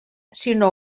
sinó